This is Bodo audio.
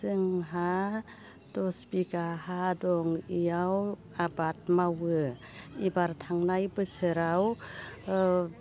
जोंहा दस बिगा हा दं इयाव आबाद मावो इबार थांनाय बोसोराव ओ